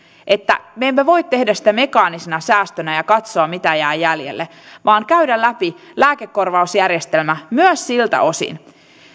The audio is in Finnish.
me emme voi tehdä sitä mekaanisena säästönä ja katsoa mitä jää jäljelle vaan pitää käydä läpi lääkekorvausjärjestelmä myös siltä osin